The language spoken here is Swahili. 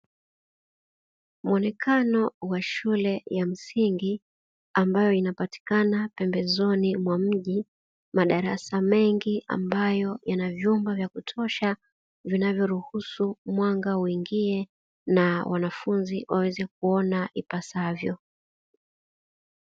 Mwonekano wa shule ya msingi, ambayo inapatikana pembezoni mwa mji, madarasa mengi ambayo yana vyumba vya kutosha, vinavyoruhusu mwanga uingie na wanafunzi waweze kuona ipasavyo.